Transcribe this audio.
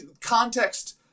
context